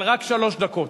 אבל רק שלוש דקות.